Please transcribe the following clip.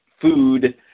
food